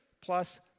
plus